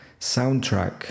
soundtrack